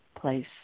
place